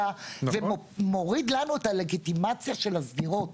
ומוריד לנו את הלגיטימציה של הסגירות.